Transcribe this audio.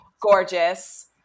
gorgeous